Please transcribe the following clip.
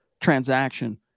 transaction